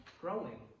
growing